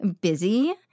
busy